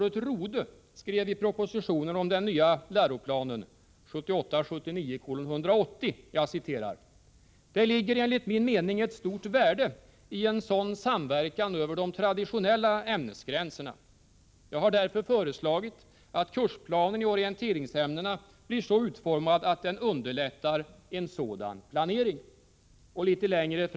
”Det ligger enligt min mening ett stort värde i en sådan samverkan över de traditionella ämnesgränserna. Jag har därför föreslagit att kursplanen i orienteringsämnena blir så utformad att den underlättar en sådan planering.